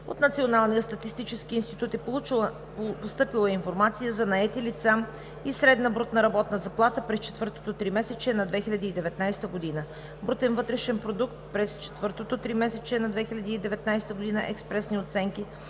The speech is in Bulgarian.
От Националния статистически институт е постъпила информация за: наети лица и средна брутна работна заплата през четвъртото 3-месечие на 2019 г., брутен вътрешен продукт през четвъртото 3-месечие на 2019 г. – експресни оценки,